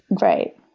right